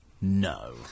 No